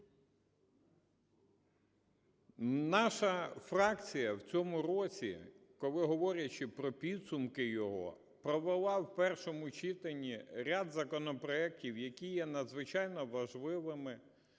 Наша фракція в цьому році, коли говорячи про підсумки його, провела в першому читанні ряд законопроектів, які є надзвичайно важливими